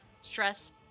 stress